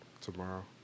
Tomorrow